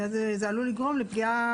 זה עלול לגרום לפגיעה,